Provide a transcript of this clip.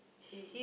say